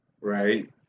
Right